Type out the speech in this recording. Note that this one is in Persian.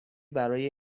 برای